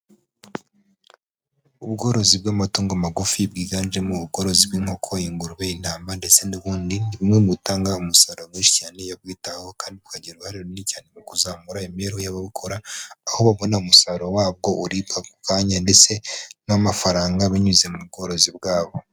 Ubworozi bw'amatungo magufi bwiganjemo ubworozi bw'inkoko, ingurube , ntama ndetse n'ubundi. Ni bumwe mu butanga umusaruro cyane, iyo bwitaweho kandi bukagira uruhare runini cyane mu kuzamura imibereho y'ababukora, aho babona umusaruro wabwo uribwa ako kanya ,ndetse n'amafaranga binyuze mu bworozi bwabo.